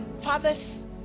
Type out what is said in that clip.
fathers